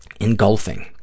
engulfing